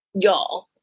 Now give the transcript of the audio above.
y'all